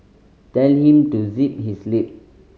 tell him to zip his lip